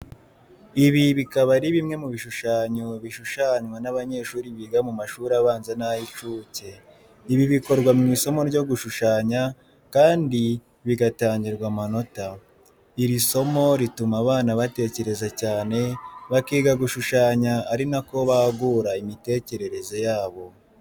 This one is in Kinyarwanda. Ibi bikaba ari bimwe mu bishushanyo bishushanywa n'abanyeshuri biga mu mashuri abanza n'ay'incuke. Ibi bikorwa mu isomo ryo gushushanya kandi bigatangirwa amanota. Iri somo rituma abana batekereza cyane, bakiga gishushanya ari na ko bagura imitekerereze yabo.